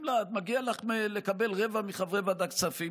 לה: מגיע לך לקבל רבע מחברי ועדת הכספים.